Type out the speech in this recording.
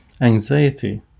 anxiety